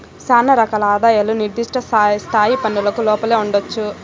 శానా రకాల ఆదాయాలు నిర్దిష్ట స్థాయి పన్నులకు లోపలే ఉండొచ్చు